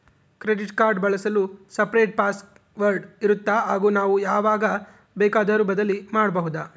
Credit card ಬಳಸಲು separate password ಇರುತ್ತಾ ಹಾಗೂ ನಾವು ಯಾವಾಗ ಬೇಕಾದರೂ ಬದಲಿ ಮಾಡಬಹುದಾ?